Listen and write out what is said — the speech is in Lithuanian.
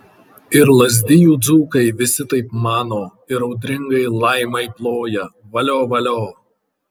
ir lazdijų dzūkai visi taip mano ir audringai laimai ploja valio valio